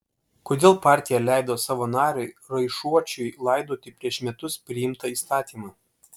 kodėl partija leido savo nariui raišuočiui laidoti prieš metus priimtą įstatymą